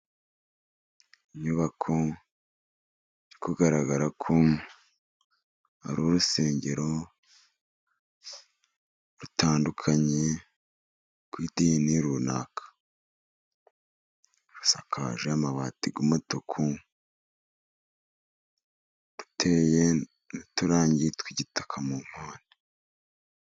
Inyubako iri kugaragara ko ari urusengero rutandukanye ku idini runaka, rusakaje amabati mato ruteye n'uturangi tw'igitaka mupande.